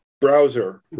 browser